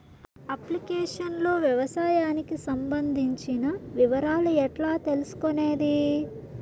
Application లో వ్యవసాయానికి సంబంధించిన వివరాలు ఎట్లా తెలుసుకొనేది?